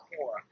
more